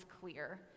clear